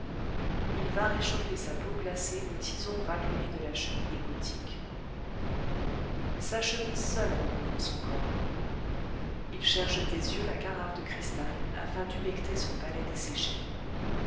il va réchauffer sa peau glacée aux tisons rallumés de la cheminée gothique sa chemise seule recouvre son corps il cherche des yeux la carafe de cristal afin d'humecter son palais